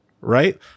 right